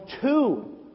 two